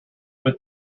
but